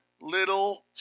little